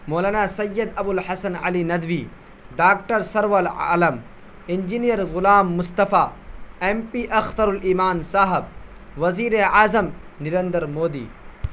مولانا Syed Abu al Hasan Ali Nadwi doctor Sarwal Alam engineer Ghulam Mustafa M P Akhtar al Iman صاحب وزیر اعظم نریندر مودی